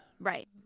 Right